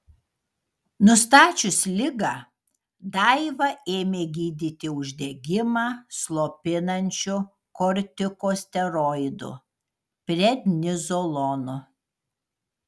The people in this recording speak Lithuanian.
nustačius ligą daivą ėmė gydyti uždegimą slopinančiu kortikosteroidu prednizolonu